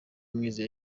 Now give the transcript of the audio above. mwiza